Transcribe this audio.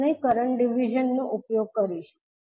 આપણે કરંટ ડિવિઝનનો ઉપયોગ કરીશું